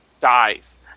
dies